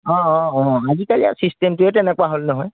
অঁ অঁ অঁ আজিকালি আৰু এই ছিষ্টেমটোৱেই তেনেকুৱা হ'ল নহয়